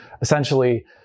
essentially